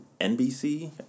NBC